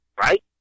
right